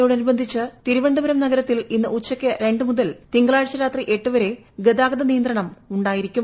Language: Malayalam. പൊങ്കാലയോടനുബന്ധിച്ച് ്തിരുവനന്തപുരം നഗരത്തിൽ ഇന്ന് ഉച്ചയ്ക്ക് രണ്ട് മുതൽ തിങ്കളാഴ്ച രാത്രി എട്ട് വരെ ഗതാഗത നിയന്ത്രണം ഉണ്ടായിരിക്കും